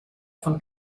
von